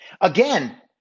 Again